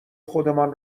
خودمان